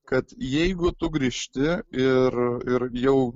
kad jeigu tu grįžti ir ir jau